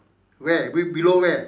where below where